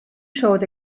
showed